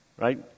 right